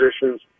positions